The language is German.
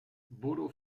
bodo